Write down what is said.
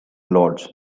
lords